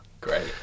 Great